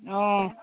অ